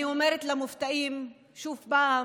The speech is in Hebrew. אני אומרת למופתעים, שוב פעם: